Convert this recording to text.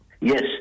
Yes